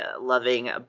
loving